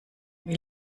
wie